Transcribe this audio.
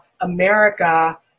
America